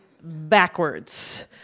backwards